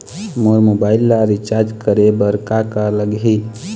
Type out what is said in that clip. मोर mobile ला recharge करे बर का का लगही?